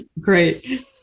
Great